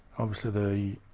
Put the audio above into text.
obviously the